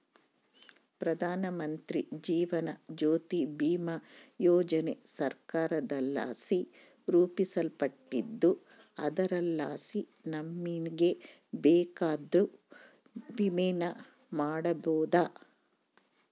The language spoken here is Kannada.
ಪ್ರಧಾನಮಂತ್ರಿ ಜೀವನ ಜ್ಯೋತಿ ಭೀಮಾ ಯೋಜನೆ ಸರ್ಕಾರದಲಾಸಿ ರೂಪಿಸಲ್ಪಟ್ಟಿದ್ದು ಅದರಲಾಸಿ ನಮಿಗೆ ಬೇಕಂದ್ರ ವಿಮೆನ ಮಾಡಬೋದು